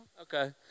Okay